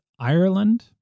Ireland